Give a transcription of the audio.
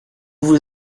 vous